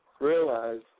Realize